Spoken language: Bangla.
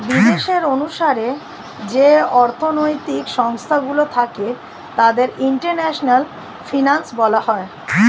বিদেশের অনুসারে যে অর্থনৈতিক সংস্থা গুলো থাকে তাদের ইন্টারন্যাশনাল ফিনান্স বলা হয়